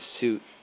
suit